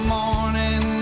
morning